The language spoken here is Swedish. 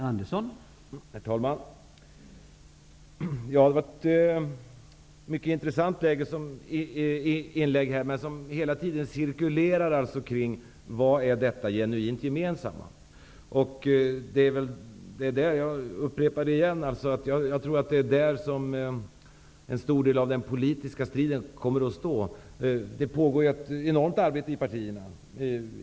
Herr talman! Det här var ett intressant inlägg. Men det cirkulerade hela tiden kring frågan om det genuint gemensamma. Jag tror att det är kring denna fråga som en stor del av den politiska striden kommer att stå. Det pågår ett enormt arbete inom partierna.